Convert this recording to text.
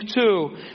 two